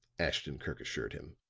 ashton-kirk assured him.